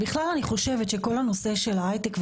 בכלל אני חושבת שכל הנושא של ההייטק,